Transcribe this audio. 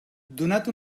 donat